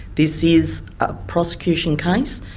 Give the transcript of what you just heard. this is a prosecution case,